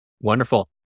Wonderful